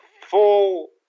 full